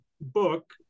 book